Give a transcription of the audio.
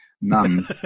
none